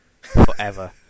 forever